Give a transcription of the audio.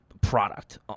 product